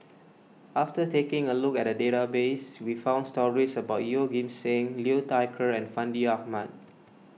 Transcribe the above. after taking a look at the database we found stories about Yeoh Ghim Seng Liu Thai Ker and Fandi Ahmad